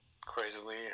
crazily